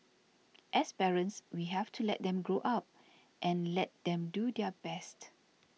as parents we have to let them grow up and let them do their best